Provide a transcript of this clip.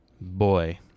boy